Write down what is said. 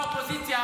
אתה אפס מאופס.